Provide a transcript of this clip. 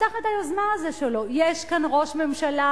יש כאן ראש ממשלה,